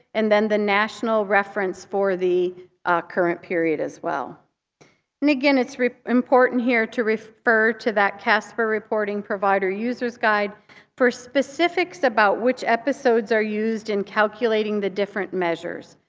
and then the national reference for the ah current period as well. and again, it's important here to refer to that casper reporting provider user's guide for specifics about which episodes are used in calculating the different measures.